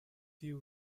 you